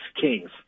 Kings